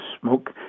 smoke